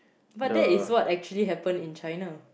but that is what actually happen in China